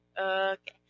Okay